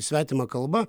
svetima kalba